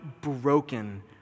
broken